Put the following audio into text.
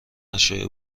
اشیاء